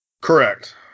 Correct